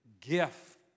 gift